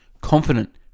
Confident